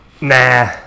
Nah